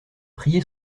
prié